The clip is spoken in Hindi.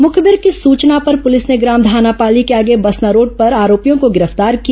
मुखबिर की सचना पर पुलिस ने ग्राम धानापाली के आगे बसना रोड पर आरोपियों को गिरफ्तार किया